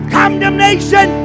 condemnation